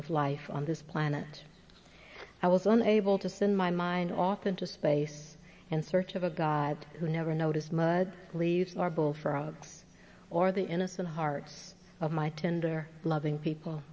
of life on this planet i was unable to send my mind off into space and search of a god who never noticed mud leaves or bullfrog or the innocent hearts of my tender loving people